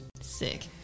Sick